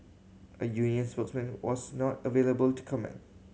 a union spokesman was not available to comment